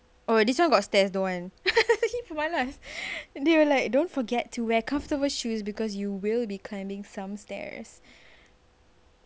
oh this one got stairs don't want malas they were like don't forget to wear comfortable shoes because you will be climbing some stairs